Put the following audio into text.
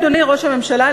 אדוני ראש הממשלה,